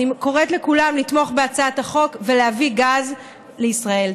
אני קוראת לכולם לתמוך בהצעת החוק ולהביא גז לישראל.